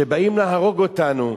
שבאים להרוג אותנו,